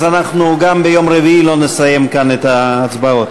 גם ביום רביעי לא נסיים כאן את ההצבעות.